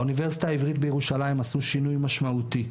האוניברסיטה העברית בירושלים עשתה שינוי משמעותי.